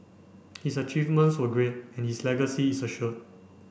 his achievements were great and his legacy is assured